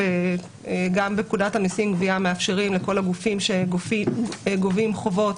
וגם בפקודת המסים (גבייה) מאפשרים לכל הגופים שגובים חובות